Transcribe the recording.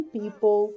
people